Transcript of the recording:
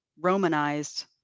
Romanized